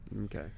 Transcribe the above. Okay